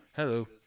Hello